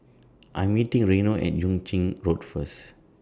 I Am meeting Reino At Yuan Ching Road First